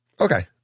Okay